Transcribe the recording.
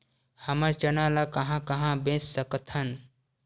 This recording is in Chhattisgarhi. हमन चना ल कहां कहा बेच सकथन?